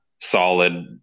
solid